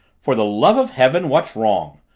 for the love of heaven, what's wrong?